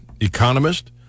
economist